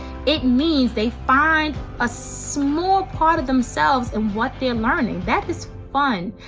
it means they find a small part of themselves in what they're learning. that is fun.